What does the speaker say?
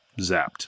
zapped